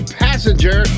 passenger